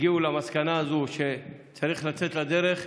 הגיעו למסקנה שצריך לצאת לדרך.